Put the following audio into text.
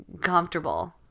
comfortable